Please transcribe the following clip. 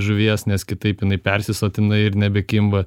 žuvies nes kitaip jinai persisotina ir nebekimba